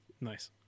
Nice